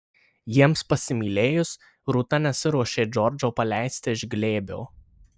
jiems pasimylėjus rūta nesiruošė džordžo paleisti iš glėbio